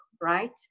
right